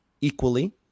equally